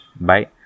Bye